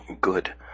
good